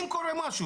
אם קורה משהו?